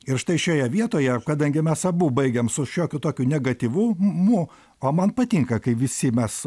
ir štai šioje vietoje kadangi mes abu baigiam su šiokiu tokiu negatyvumu o man patinka kai visi mes